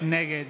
נגד